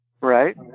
Right